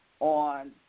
on